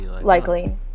likely